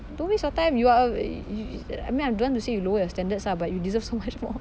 don't waste your time you are a I mean I don't want to say you lower your standards ah but you deserve so much more